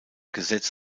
gesetz